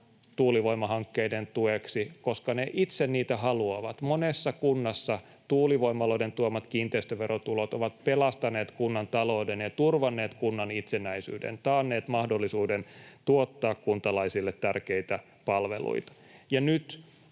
tuulivoimahankkeiden tueksi, koska ne itse niitä haluavat. Monessa kunnassa tuulivoimaloiden tuomat kiinteistöverotulot ovat pelastaneet kunnan talouden ja turvanneet kunnan itsenäisyyden, taanneet mahdollisuuden tuottaa kuntalaisille tärkeitä palveluita.